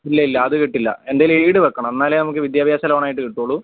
ഇല്ലില്ല അത് കിട്ടില്ല എന്തെങ്കിലും ഈട് വയ്ക്കണം എന്നാലേ നമുക്ക് വിദ്യാഭ്യാസ ലോൺ ആയിട്ട് കിട്ടുള്ളൂ